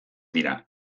dira